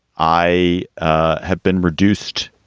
i ah have been reduced.